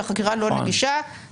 כשהחקירה לא נגישה,